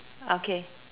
okay